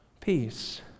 peace